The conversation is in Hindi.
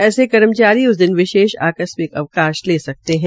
ऐसे कर्मचारी उस दिन विशेष आकस्मिक अवकाश ले सकते है